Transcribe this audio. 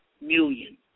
million